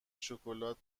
شکلات